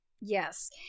Yes